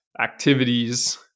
activities